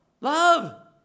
Love